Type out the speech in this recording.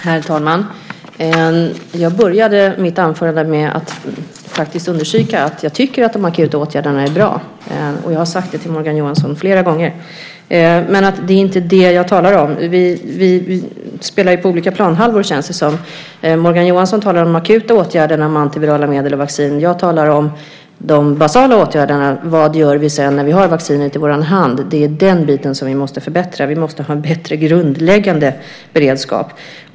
Herr talman! Jag började mitt anförande med att faktiskt understryka att jag tycker att de akuta åtgärderna är bra. Jag har också sagt det till Morgan Johansson flera gånger. Men det är inte det jag talar om. Vi spelar på olika planhalvor, känns det som. Morgan Johanson talar om akuta åtgärder, om antivirala medel och vaccin. Jag talar om de basala åtgärderna: Vad gör vi sedan, när vi har vaccinet i vår hand? Det är den biten vi måste förbättra. Vi måste ha en bättre grundläggande beredskap.